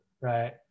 right